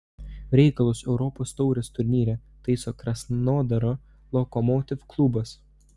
reikalus europos taurės turnyre taiso krasnodaro lokomotiv klubas